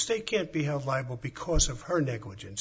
state can't be held liable because of her negligence